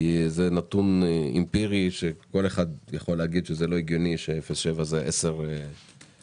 כי כל אחד מבין שזה לא הגיוני ש-0.7 זה 10 שאיפות